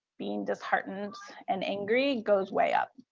being disheartened and angry goes way up.